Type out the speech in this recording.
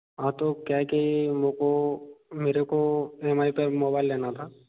हाँ तो क्या है कि मेको मेरे को एम आई पे मोबाइल लेना था